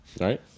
Right